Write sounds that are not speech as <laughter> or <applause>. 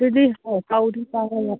ꯑꯗꯨꯗꯤ <unintelligible>